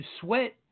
sweat